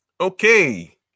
Okay